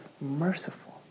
merciful